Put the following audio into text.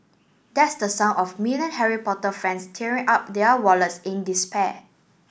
that's the sound of million Harry Potter fans tearing up their wallets in despair